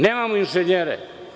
Nemam inženjere.